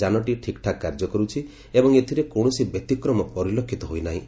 ଯାନଟି ଠିକ୍ଠାକ୍ କାର୍ଯ୍ୟକରୁଛି ଏବଂ ଏଥିରେ କୌଣସି ବ୍ୟତିକ୍ରମ ପରିଲକ୍ଷିତ ହୋଇନାହିଁ